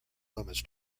limits